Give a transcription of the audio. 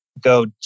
go